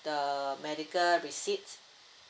the medical receipt